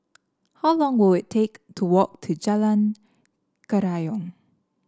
how long will we take to walk to Jalan Kerayong